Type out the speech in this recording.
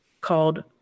called